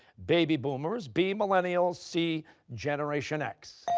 baby boomers, b, millennials, c, generation x?